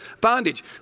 bondage